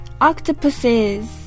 octopuses